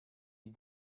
die